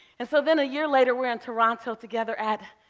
and so then a year later, we're in toronto together at,